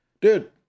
Dude